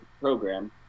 program